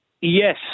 Yes